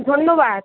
ধন্যবাদ